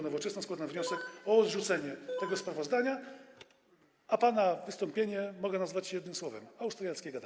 Nowoczesna składam wniosek o odrzucenie tego sprawozdania, a pana wystąpienie mogę nazwać jednym słowem: austriackie gadanie.